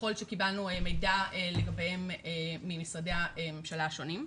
ככל שקיבלנו מידע לגביהם ממשרדי הממשלה השונים.